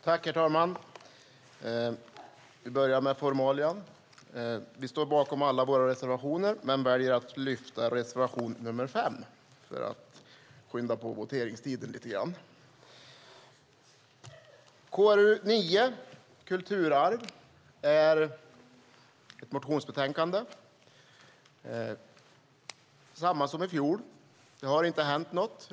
Herr talman! Vi börjar med formalia: Vi står bakom alla våra reservationer men väljer att yrka bifall endast till reservation nr 5 för att skynda på voteringstiden lite grann. Det har inte hänt något.